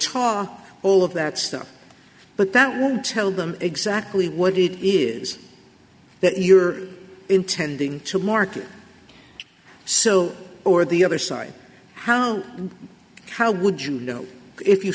tar all of that stuff but that will tell them exactly what it is that you're intending to market so or the other side how how would you know if you